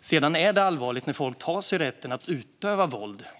Sedan är det allvarligt när folk tar sig rätten att utöva våld.